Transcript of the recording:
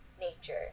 nature